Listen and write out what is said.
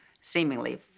seemingly